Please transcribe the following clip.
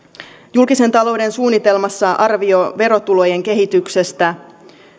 julkisen talouden suunnitelmassa arvio verotulojen kehityksestä